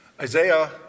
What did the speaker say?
Isaiah